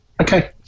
okay